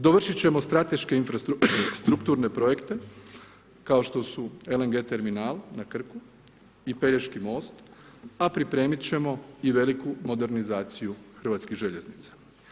Dovršiti ćemo strateške infrastrukturne provedbe, kao što su LNG terminal na Krku i Pelješki most, a pripremiti ćemo i veliku modernizaciju hrvatskih željeznica.